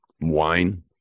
wine